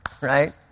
right